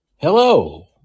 Hello